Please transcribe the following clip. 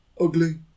ugly